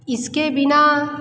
इसके बिना